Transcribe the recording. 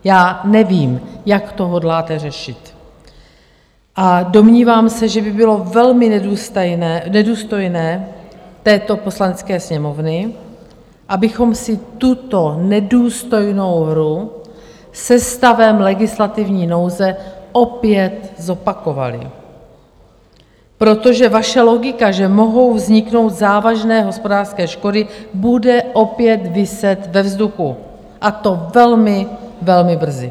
Já nevím, jak to hodláte řešit, a domnívám se, že by bylo velmi nedůstojné této Poslanecké sněmovny, abychom si tuto nedůstojnou hru se stavem legislativní nouze opět zopakovali, protože vaše logika, že mohou vzniknout závažné hospodářské škody, bude opět viset ve vzduchu, a to velmi, velmi brzy.